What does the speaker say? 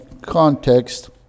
context